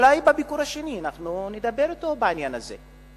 אולי בביקור השני נדבר אתו בעניין הזה.